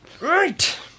Right